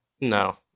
no